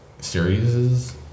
series